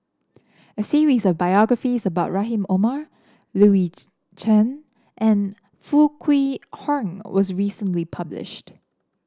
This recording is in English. a series of biographies about Rahim Omar Louis Chen and Foo Kwee Horng was recently published